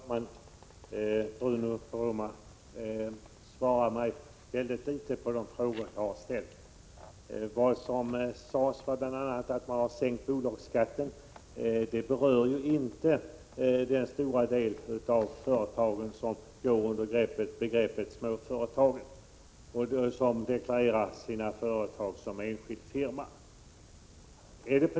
Herr talman! Bruno Poromaa svarade mycket litet på de frågor jag har ställt. Det han sade var bl.a. att man har sänkt bolagsskatten. Det berör inte den stora andel av företag som går under begreppet småföretag och som deklareras som enskild firma.